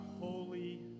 holy